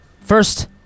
First